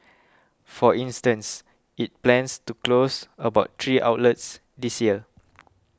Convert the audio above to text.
for instance it plans to close about three outlets this year